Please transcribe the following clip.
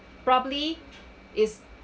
probably is